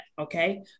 Okay